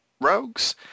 rogues